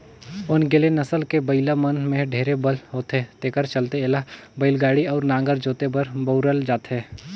ओन्गेले नसल के बइला मन में ढेरे बल होथे तेखर चलते एला बइलागाड़ी अउ नांगर जोते बर बउरल जाथे